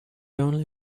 only